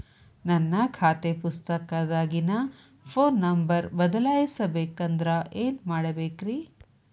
ನನ್ನ ಖಾತೆ ಪುಸ್ತಕದಾಗಿನ ಫೋನ್ ನಂಬರ್ ಬದಲಾಯಿಸ ಬೇಕಂದ್ರ ಏನ್ ಮಾಡ ಬೇಕ್ರಿ?